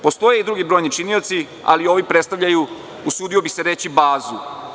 Postoje i drugi brojni činioci, ali ovi predstavljaju, usudio bih se reći bazu.